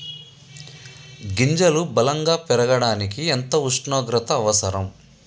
గింజలు బలం గా పెరగడానికి ఎంత ఉష్ణోగ్రత అవసరం?